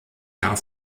jahr